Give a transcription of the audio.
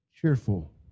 cheerful